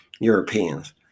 Europeans